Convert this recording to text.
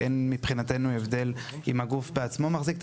אין מבחינתנו הבדל אם הגוף בעצמו מחזיק את